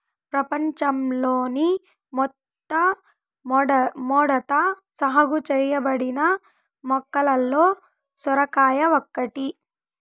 ప్రపంచంలోని మొట్టమొదట సాగు చేయబడిన మొక్కలలో సొరకాయ ఒకటి